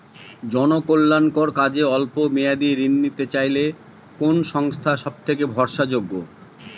জনকল্যাণকর কাজে অল্প মেয়াদী ঋণ নিতে চাইলে কোন সংস্থা সবথেকে ভরসাযোগ্য?